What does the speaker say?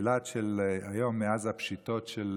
ואילת של היום, מאז הפשיטות של